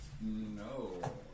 No